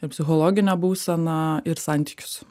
ir psichologinę būseną ir santykius